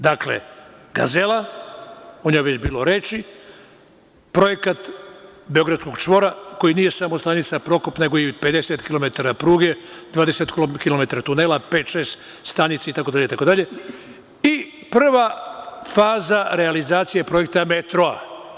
Dakle, Gazela, o njoj je već bilo reči, projekat Beogradskog čvora, koji nije samo stanica Prokop, nego i 50 kilometara pruge, 20 kilometara tunela, pet-šest stanica, itd, i prva faza realizacije projekta metroa.